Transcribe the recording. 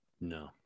No